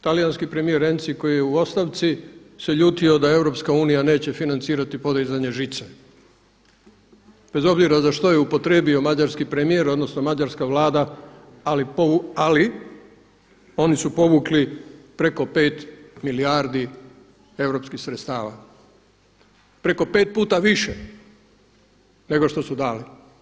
Talijanski premijer Renzi koji je u ostavci se ljutio da EU neće financirati podizanje žice bez obzira za što je upotrijebi mađarski premijer odnosno mađarska Vlada ali oni su povukli preko 5 milijardi europskih sredstava, preko 5 puta više nego što su dali.